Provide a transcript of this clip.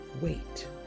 wait